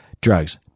drugs